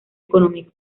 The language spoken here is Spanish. económico